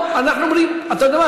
אנחנו אומרים: אתה יודע מה?